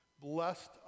blessed